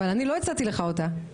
אבל אני לא הצעתי לך אותה.